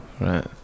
right